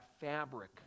fabric